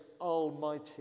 almighty